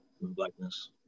Blackness